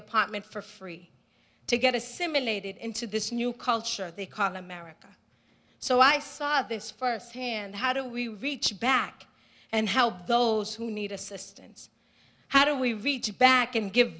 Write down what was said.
apartment for free to get assimilated into this new culture they call america so i saw this firsthand how do we reach back and help those who need assistance how do we reach back and give